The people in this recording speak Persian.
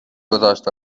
گذاشت